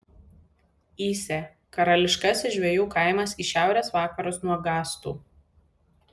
įsė karališkasis žvejų kaimas į šiaurės vakarus nuo gastų